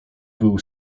był